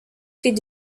could